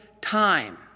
time